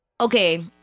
okay